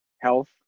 health